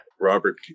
Robert